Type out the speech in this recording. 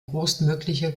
größtmögliche